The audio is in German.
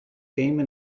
game